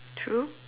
true